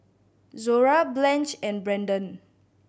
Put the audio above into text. Zora Blanch and Branden